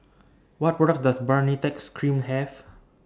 What products Does Baritex Cream Have